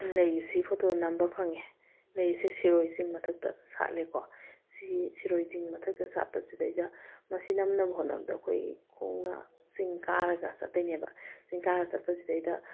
ꯂꯩꯁꯤ ꯐꯣꯇꯣ ꯅꯝꯕ ꯐꯪꯉꯦ ꯂꯩꯁꯦ ꯁꯤꯔꯣꯏ ꯆꯤꯡ ꯃꯊꯛꯇ ꯁꯥꯠꯂꯦꯀꯣ ꯁꯤ ꯁꯤꯔꯣꯏ ꯆꯤꯡ ꯃꯊꯝꯇ ꯁꯥꯠꯄꯁꯤꯗꯩꯗ ꯃꯁꯤ ꯅꯝꯅꯕ ꯍꯣꯠꯅꯕꯗ ꯑꯩꯈꯣꯏ ꯈꯣꯡꯅ ꯆꯤꯡ ꯀꯥꯔꯒ ꯆꯠꯇꯣꯏꯅꯦꯕ ꯆꯤꯡ ꯀꯥꯔ ꯆꯠꯄꯁꯤꯗꯩꯗ